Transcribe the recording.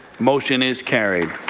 motion is carried.